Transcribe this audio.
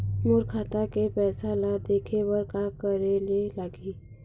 मोर खाता के पैसा ला देखे बर का करे ले लागही?